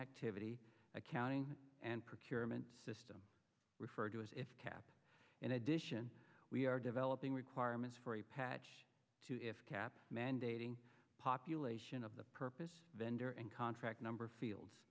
activity accounting and procurement system referred to as if kept in addition we are developing requirements for a patch to if kept mandating population of the purpose vendor and contract number fields